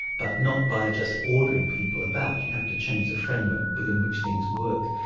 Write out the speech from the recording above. but not by just ordering people about, you have to change the framework within which things work.